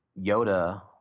Yoda